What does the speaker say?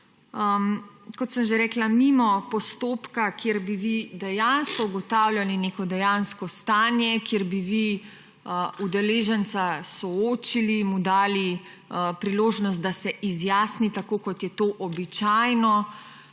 Kot sem že rekla, mimo postopka, kjer bi vi dejansko ugotavljali neko dejansko stanje, kjer bi vi udeleženca soočili, mu dali priložnost, da se izjasni, tako kot je to običajno